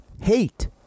hate